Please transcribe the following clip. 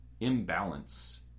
imbalance